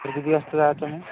तरीबी असला तर मग